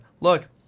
look